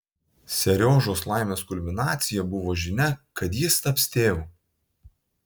seriožos laimės kulminacija buvo žinia kad jis taps tėvu